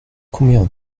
combien